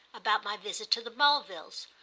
about my visit to the mulvilles,